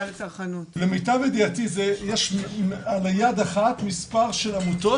למיטב ידיעתי יש מספר ככף יד אחת של עמותות